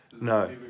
No